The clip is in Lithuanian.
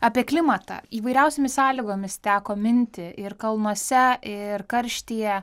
apie klimatą įvairiausiomis sąlygomis teko minti ir kalnuose ir karštyje